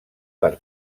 per